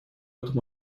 этом